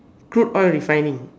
crude oil refining